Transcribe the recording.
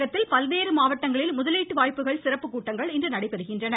தமிழகத்தில் பல்வேறு மாவட்டங்களில் முதலீட்டு வாய்ப்புகள் சிறப்பு கூட்டங்கள் இன்று நடைபெறுகிறது